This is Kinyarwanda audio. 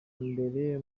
mbere